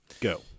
go